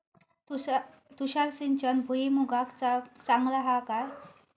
तुषार सिंचन भुईमुगाक चांगला हा काय?